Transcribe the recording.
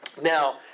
Now